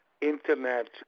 Internet